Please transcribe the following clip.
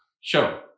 Show